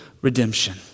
Redemption